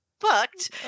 booked